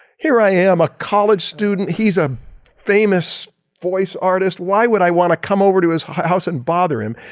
here i am a college student, he's a famous voice artist, why would i want to come over to his house and bother him?